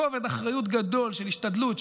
כובד אחריות גדול של השתדלות,